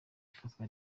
ifatwa